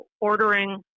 ordering